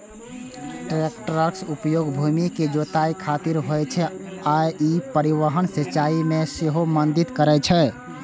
टैक्टरक उपयोग भूमि के जुताइ खातिर होइ छै आ ई परिवहन, सिंचाइ मे सेहो मदति करै छै